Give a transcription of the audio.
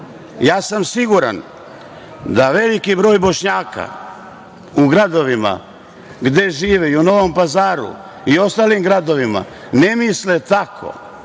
Ja sam siguran da veliki broj Bošnjaka u gradovima gde žive, i u Novom Pazaru i u ostalim gradovima ne misle tako.